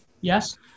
Yes